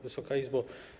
Wysoka Izbo!